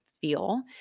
feel